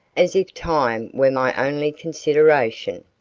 as if time were my only consideration.